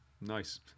nice